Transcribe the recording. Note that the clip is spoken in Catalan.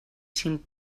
cinc